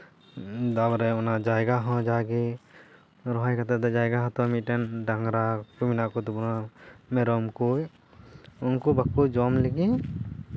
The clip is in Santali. ᱛᱟᱨᱯᱚᱨᱮ ᱚᱱᱟ ᱡᱟᱭᱜᱟ ᱦᱚᱸ ᱡᱟᱜᱮ ᱨᱚᱦᱚᱭ ᱠᱟᱛᱮ ᱦᱚᱸ ᱡᱟᱭᱜᱟ ᱦᱚᱸᱛᱚ ᱢᱤᱫᱴᱮᱱ ᱰᱟᱝᱨᱟ ᱰᱟᱝᱨᱟ ᱠᱚᱫᱚ ᱵᱟᱝ ᱢᱮᱨᱚᱢ ᱠᱚ ᱩᱱᱠᱩ ᱵᱟᱠᱚ ᱡᱚᱢ ᱞᱟᱹᱜᱤᱫ